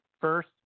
first